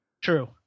True